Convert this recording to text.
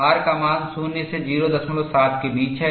R का मान 0 से 07 के बीच है